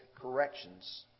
corrections